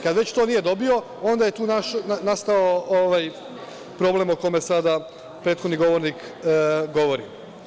Kad već to nije dobio, onda je nastao problem o kome sada prethodni govornik govori.